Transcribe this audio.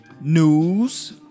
news